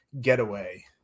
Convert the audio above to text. getaway